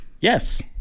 Yes